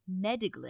Mediglin